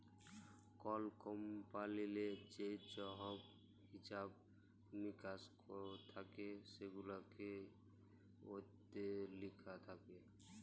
call কমপালিললে যা ছহব হিছাব মিকাস থ্যাকে সেগুলান ইত্যে লিখা থ্যাকে